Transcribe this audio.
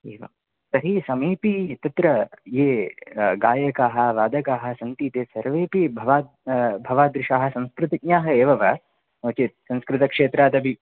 एवं तर्हि समीपे तत्र ये गायकाः वादकाः सन्ति ते सर्वेऽपि भवाद् भवादृशाः संस्कृतिज्ञाः एव वा नो चेत् संस्कृतक्षेत्रादपि